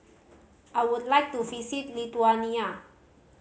I would like to visit Lithuania